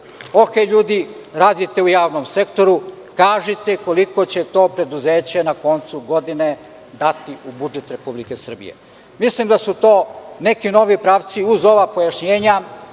kej ljudi, radite u javnom sektoru, kažite koliko će to preduzeće na kontu godine dati u budžet Republike Srbije. Mislim da su to neki novi pravci uz ova pojašnjenja.